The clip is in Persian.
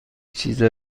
چیزی